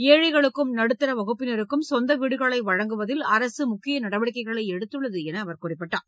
ஏழைகளுக்கும் நடுத்தர வகுப்பினருக்கும் சொந்த வீடுகளை வழங்குவதில் அரச முக்கிய நடவடிக்கைகளை எடுத்துள்ளது என்று கூறினார்